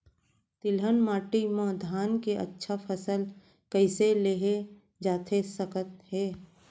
तिलहन माटी मा धान के अच्छा फसल कइसे लेहे जाथे सकत हे?